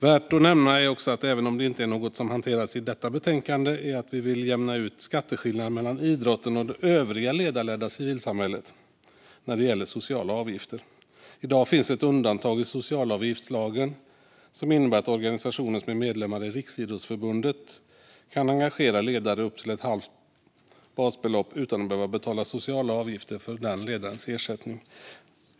Värt att nämna är också, även om det inte är något som hanteras i detta betänkande, att vi vill jämna ut skatteskillnaderna mellan idrotten och det övriga ledarledda civilsamhället när det gäller sociala avgifter. I dag finns ett undantag i socialavgiftslagen som innebär att organisationer som är medlemmar i Riksidrottsförbundet kan engagera ledare för upp till ett halvt basbelopp utan att behöva betala sociala avgifter för ledarens ersättning.